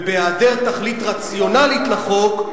ובהיעדר תכלית רציונלית לחוק,